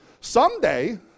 someday